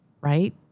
right